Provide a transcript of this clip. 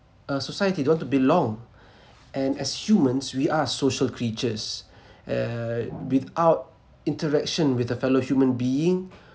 a society they want to belong and as humans we are social creatures uh without interaction with a fellow human being